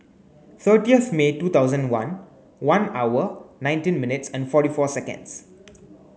thirtieth May two thousand one one hour nineteen minutes and forty four seconds